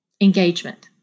Engagement